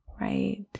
right